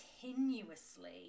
continuously